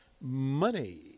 Money